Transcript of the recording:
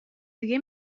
دیگه